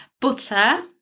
butter